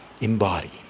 embody